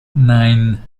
nine